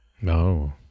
No